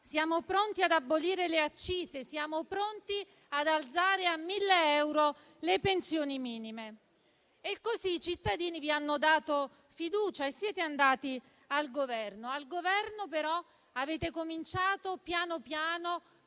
siamo pronti ad abolire le accise; siamo pronti ad alzare a 1.000 euro le pensioni minime. E così, i cittadini vi hanno dato fiducia e siete andati al Governo, dove però piano piano, pezzo